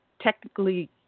technically